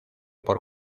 por